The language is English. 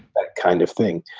that kind of thing.